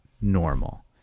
normal